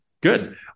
Good